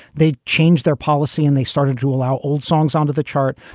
they change their policy and they started to allow old songs onto the chart.